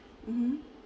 mmhmm